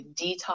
detox